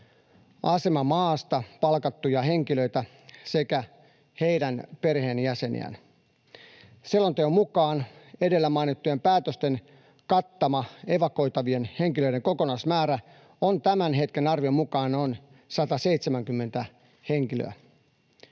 asemamaasta palkattuja henkilöitä sekä heidän perheenjäseniään. Selonteon mukaan edellä mainittujen päätösten kattama evakuoitavien henkilöiden kokonaismäärä on tämän hetken arvion mukaan noin 170 henkilöä.